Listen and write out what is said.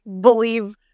believe